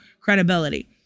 credibility